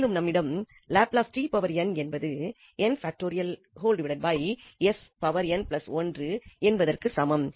மேலும் நம்மிடம் லாப்லஸ் என்பது என்பதற்கு சமம்